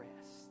rest